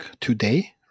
today